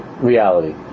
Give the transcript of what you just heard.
reality